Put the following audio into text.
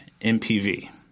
MPV